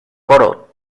coro